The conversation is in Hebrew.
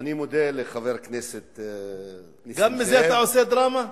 גם עם זה אתה עושה דרמה?